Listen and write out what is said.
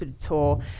tour